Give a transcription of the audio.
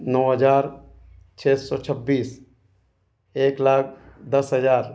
नौ हजार छः सौ छब्बीस एक लाख दस हजार